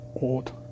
old